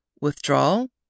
Withdrawal